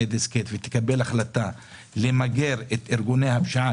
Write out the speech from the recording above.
דיסקט ותקבל החלטה למגר את ארגוני הפשיעה,